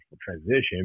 transition